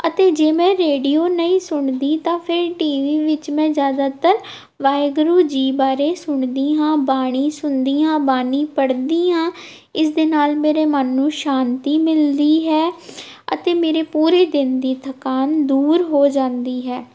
ਅਤੇ ਜੇ ਮੈਂ ਰੇਡੀਓ ਨਹੀਂ ਸੁਣਦੀ ਤਾਂ ਫਿਰ ਟੀ ਵੀ ਵਿੱਚ ਮੈਂ ਜ਼ਿਆਦਾਤਰ ਵਾਹਿਗੁਰੂ ਜੀ ਬਾਰੇ ਸੁਣਦੀ ਹਾਂ ਬਾਣੀ ਸੁਣਦੀ ਹਾਂ ਬਾਣੀ ਪੜ੍ਹਦੀ ਹਾਂ ਇਸ ਦੇ ਨਾਲ ਮੇਰੇ ਮਨ ਨੂੰ ਸ਼ਾਂਤੀ ਮਿਲਦੀ ਹੈ ਅਤੇ ਮੇਰੇ ਪੂਰੇ ਦਿਨ ਦੀ ਥਕਾਨ ਦੂਰ ਹੋ ਜਾਂਦੀ ਹੈ